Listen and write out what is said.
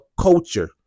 culture